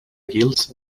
guils